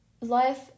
life